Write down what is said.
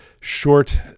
short